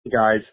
guys